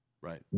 Right